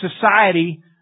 society